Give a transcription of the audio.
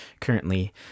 currently